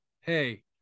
Hey